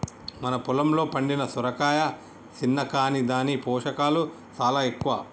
మన పొలంలో పండిన సొరకాయ సిన్న కాని దాని పోషకాలు సాలా ఎక్కువ